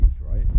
right